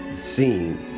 seen